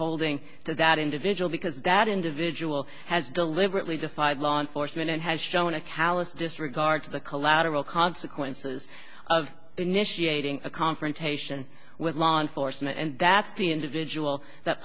holding to that individual because that individual has deliberately defied law enforcement and has shown a callous disregard for the collateral consequences of initiating a confrontation with law enforcement and that's the individual that